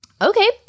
Okay